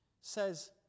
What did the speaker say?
says